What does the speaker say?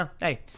Hey